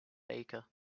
baker